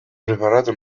preparata